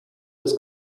des